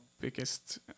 biggest